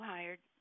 Hired